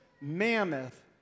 mammoth